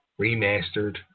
Remastered